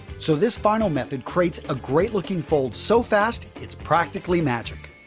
so, this final method creates a great-looking fold so fast it's practically magic.